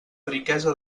riquesa